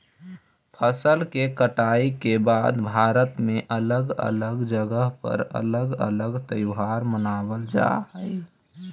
फसल के कटाई के बाद भारत में अलग अलग जगह पर अलग अलग त्योहार मानबल जा हई